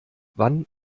wann